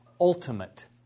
ultimate